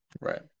Right